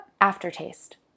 Aftertaste